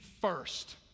first